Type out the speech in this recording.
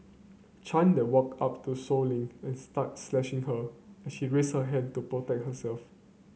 Chan then walked up to Sow Lin and started slashing her as she raised her hand to protect herself